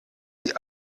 die